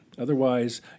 Otherwise